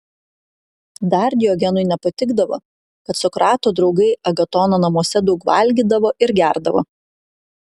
dar diogenui nepatikdavo kad sokrato draugai agatono namuose daug valgydavo ir gerdavo